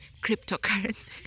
cryptocurrency